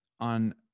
on